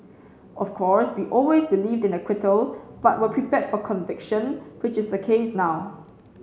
of course we always believed in acquittal but were prepared for conviction which is the case now